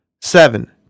Seven